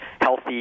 healthy